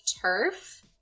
turf